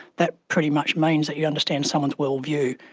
that pretty much means that you understand someone's worldview,